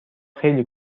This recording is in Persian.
خیلی